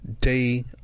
day